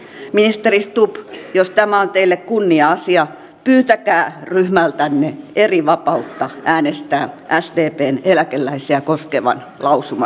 ministeri stubb jos tämä on teille kunnia asia pyytäkää ryhmältänne erivapautta äänestää sdpn eläkeläisiä koskevan lausuman puolesta